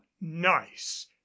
nice